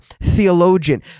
theologian